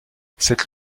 cette